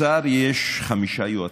לשר יש חמישה יועצים,